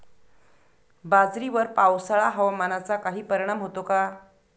बाजरीवर पावसाळा हवामानाचा काही परिणाम होतो का?